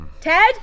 Ted